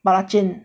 belacan